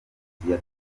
yatumye